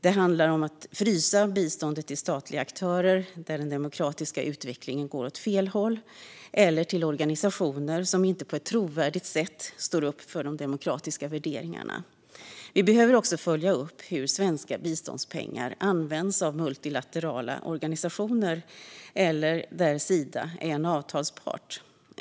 Det handlar om att frysa biståndet till statliga aktörer där den demokratiska utvecklingen går åt fel håll eller till organisationer som inte på ett trovärdigt sätt står upp för de demokratiska värderingarna. Vi behöver också följa upp hur svenska biståndspengar används av multilaterala organisationer eller där Sida är en avtalspart.